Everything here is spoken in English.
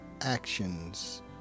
actions